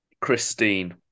Christine